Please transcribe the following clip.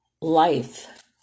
life